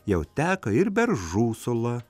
jau teka ir beržų sula